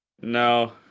No